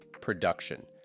production